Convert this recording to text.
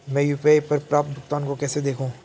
मैं यू.पी.आई पर प्राप्त भुगतान को कैसे देखूं?